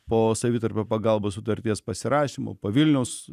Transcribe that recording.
po savitarpio pagalbos sutarties pasirašymo po vilniaus